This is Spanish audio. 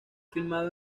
filmado